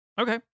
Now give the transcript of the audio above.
Okay